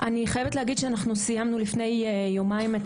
אני חייבת להגיד שאנחנו סיימנו לפני יומיים את